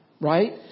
Right